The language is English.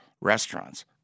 restaurants